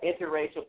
interracial